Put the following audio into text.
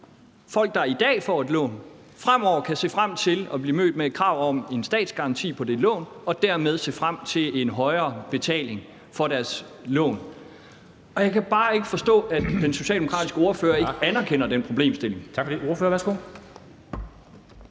folk, der i dag får et lån, fremover kan se frem til at blive mødt med krav om en statsgaranti på det lån og dermed se frem til en højere betaling for deres lån. Jeg kan bare ikke forstå, at den socialdemokratiske ordfører ikke anerkender den problemstilling.